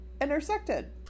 intersected